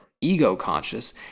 ego-conscious